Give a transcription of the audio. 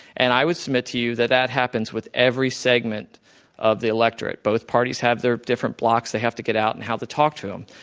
and i would submit to you that that happens with every segment of the electorate. both parties have their different blocks they have to get out and how to talk to them.